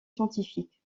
scientifiques